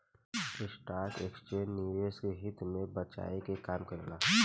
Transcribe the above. stock exchange निवेशक के हित के बचाये के काम करेला